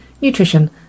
nutrition